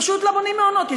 פשוט לא בונים מעונות.